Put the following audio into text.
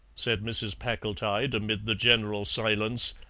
said mrs. packletide, amid the general silence,